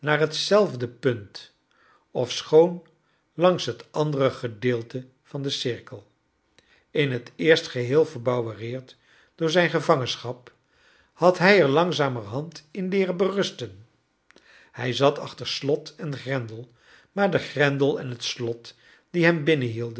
naar hetzelfde punt ofschoon iangs het andere gedeelte van den cirkel in het eerst geheel verbouwercerd door zijn gevangenschap had hij er langzamerhand in ieeren berusten hij zat achter slot en grendel maar de grendel en hot slot die hem binnenhielden